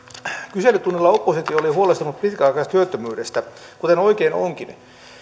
kyselytunnilla oppositio oli huolestunut pitkäaikaistyöttömyydestä kuten oikein onkin